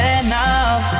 enough